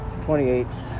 28